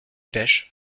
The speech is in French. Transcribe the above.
pêchent